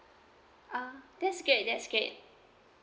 ah that's great that's great